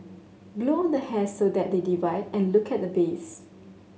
blow on the hairs so that they divide and look at the base